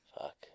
Fuck